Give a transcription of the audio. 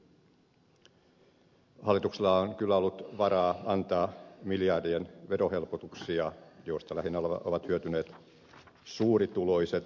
hallituksella on kyllä ollut varaa antaa miljardien verohelpotuksia joista lähinnä ovat hyötyneet suurituloiset